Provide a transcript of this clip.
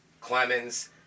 Clemens